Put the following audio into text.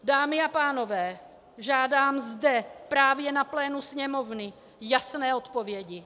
Dámy a pánové, žádám zde, právě na plénu Sněmovny, jasné odpovědi.